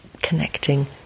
connecting